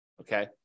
Okay